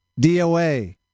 DOA